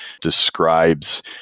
describes